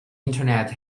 internet